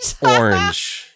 Orange